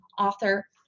author